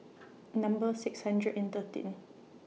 Number six hundred and thirteen